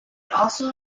also